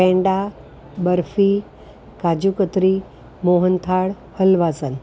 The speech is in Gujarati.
પેંડા બરફી કાજુકતરી મોહનથાળ હલવાસન